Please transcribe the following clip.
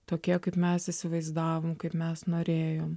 tokie kaip mes įsivaizdavom kaip mes norėjom